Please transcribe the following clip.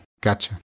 gotcha